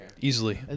Easily